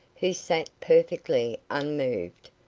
who sat perfectly unmoved,